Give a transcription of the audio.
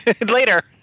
later